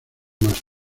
mástil